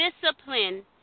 Discipline